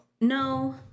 No